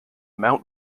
mount